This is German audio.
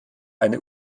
eine